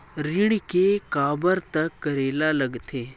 ऋण के काबर तक करेला लगथे?